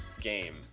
game